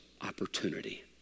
opportunity